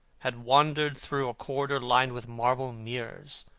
had wandered through corridor lined with marble mirrors,